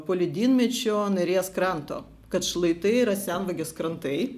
poledynmečio neries kranto kad šlaitai yra senvagės krantai